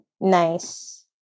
nice